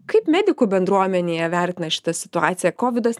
kaip medikų bendruomenėje vertina šitą situaciją kovidas